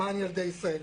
למען ילדי ישראל.